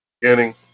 beginning